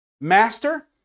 Master